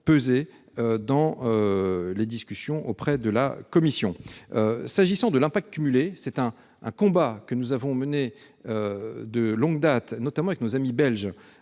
peser dans les discussions auprès de la Commission. La question de l'impact cumulé est un combat que nous menons de longue date, de pair avec nos amis belges.